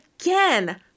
again